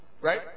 right